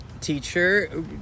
teacher